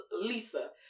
Lisa